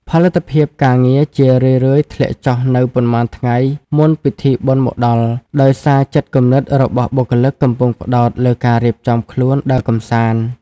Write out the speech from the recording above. ផលិតភាពការងារជារឿយៗធ្លាក់ចុះនៅប៉ុន្មានថ្ងៃមុនពិធីបុណ្យមកដល់ ដោយសារចិត្តគំនិតរបស់បុគ្គលិកកំពុងផ្តោតលើការរៀបចំខ្លួនដើរកម្សាន្ត។